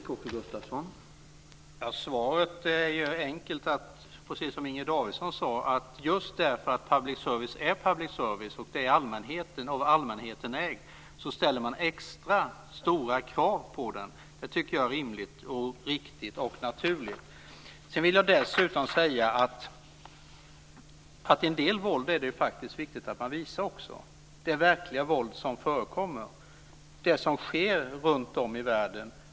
Herr talman! Svaret är enkelt. Precis som Inger Davidson sade är det just därför att public service är public service och av allmänheten ägt som man ställer extra stora krav på det. Det tycker jag är rimligt, riktigt och naturligt. Dessutom är det faktiskt viktigt att visa en del våld. Det gäller det verkliga våld som förekommer och det som sker runt om i världen.